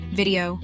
video